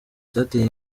cyateye